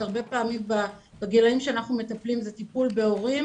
הרבה פעמים בגילאים שאנחנו מטפלים זה טיפול בהורים